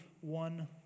one